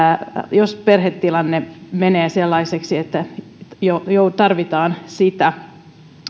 jos perhetilanne menee sellaiseksi että tarvitaan sitä